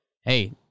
hey